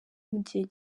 mugihe